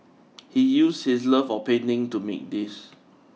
he used his love of painting to make these